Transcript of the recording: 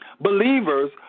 believers